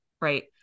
right